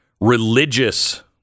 religious